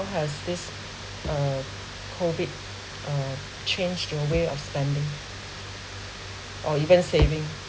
how has this uh COVID uh changed your way of spending or even saving